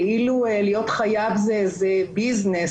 כאילו להיות חייב זה איזה ביזנס,